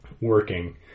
working